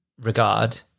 regard